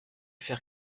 faire